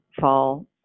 fall